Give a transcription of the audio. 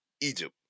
Egypt